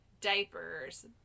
diapers